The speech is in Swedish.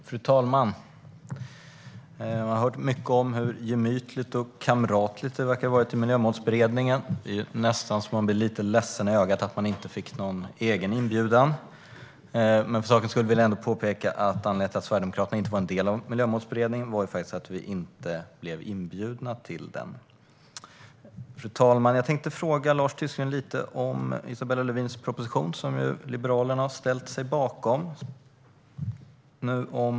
Fru talman! Vi har hört mycket om hur gemytligt och kamratligt det verkar ha varit i Miljömålsberedningen. Det är nästan så att man blir lite ledsen i ögat av att inte ha fått någon egen inbjudan. För sakens skull vill jag påpeka att anledningen till att Sverigedemokraterna inte var en del av Miljömålsberedningen var att vi faktiskt inte blev inbjudna till den. Fru talman! Jag tänkte fråga Lars Tysklind lite om Isabella Lövins proposition om klimatlagen som ju Liberalerna har ställt sig bakom.